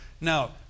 Now